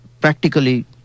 practically